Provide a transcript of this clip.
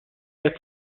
der